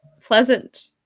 Pleasant